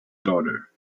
daughter